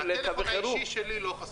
הטלפון האישי שלי לא חסום.